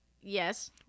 yes